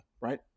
right